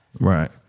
Right